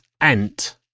ant